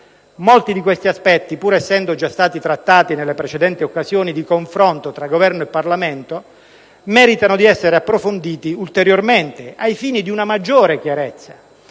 Molti di questi aspetti, pur essendo stati già trattati nelle precedenti occasioni di confronto tra Governo e Parlamento, meritano di essere approfonditi ulteriormente ai fini di una maggiore chiarezza.